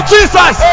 Jesus